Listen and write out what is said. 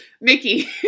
Mickey